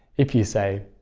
if you say,